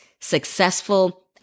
successful